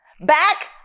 Back